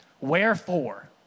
Wherefore